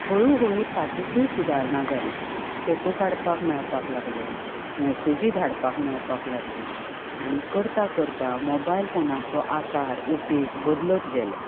हळू हळू तातूंतूय सुदारणां जाली फोटो काडपाक मेळपाक लागले मेसेजी धाडपाक मेळपाक लागल्यो आनी करता करता मोबायल फोनाचो आकार उपेग बदलत गेले